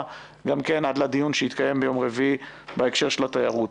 גם כן עד לדיון שיתקיים ביום רביעי בהקשר של התיירות.